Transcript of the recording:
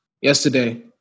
yesterday